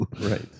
Right